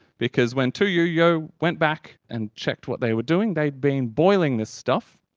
because when tu youyou went back and checked what they'd been doing they'd been boiling this stuff,